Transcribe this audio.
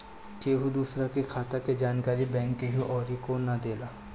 केहू दूसरा के खाता के जानकारी बैंक केहू अउरी के ना देला